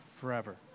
forever